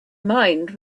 mind